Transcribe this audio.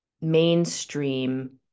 mainstream